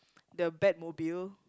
the Batmobile